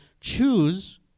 choose